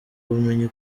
ubumenyi